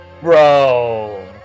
Bro